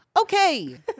Okay